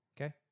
okay